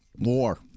War